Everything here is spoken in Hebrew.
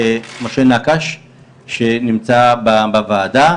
משה נקש שנמצא בוועדה,